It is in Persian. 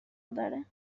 داره